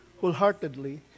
wholeheartedly